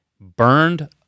Burned